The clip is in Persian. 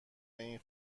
این